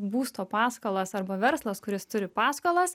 būsto paskolas arba verslas kuris turi paskolas